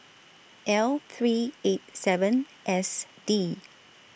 L three eight seven S D